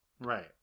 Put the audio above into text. right